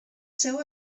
seu